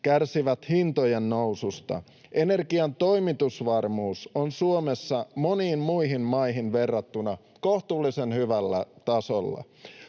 kärsivät hintojen noususta, energian toimitusvarmuus on Suomessa moniin muihin maihin verrattuna kohtuullisen hyvällä tasolla.